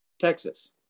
texas